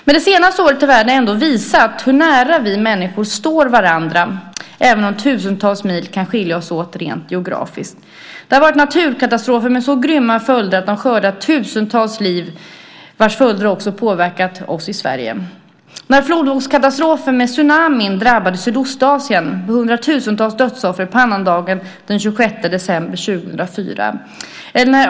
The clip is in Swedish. Men de senaste åren i världen har ändå visat hur nära vi människor står varandra, även om tusentals mil kan skilja oss åt rent geografiskt. Det har varit naturkatastrofer med så grymma följder att de har skördat tusentals liv. Följderna också har påverkat oss i Sverige. Flodvågskatastrofen, med tsunamin, drabbade Sydostasien, med hundratusentals dödsoffer, på annandagen den 26 december 2004.